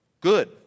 good